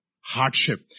hardship